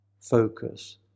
focus